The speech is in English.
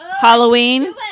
Halloween